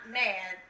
mad